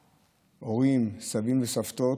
הורים, סבים וסבתות,